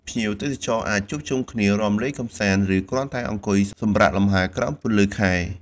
ភ្ញៀវទេសចរអាចជួបជុំគ្នា រាំលេងកម្សាន្ត ឬគ្រាន់តែអង្គុយសម្រាកលំហែក្រោមពន្លឺខែ។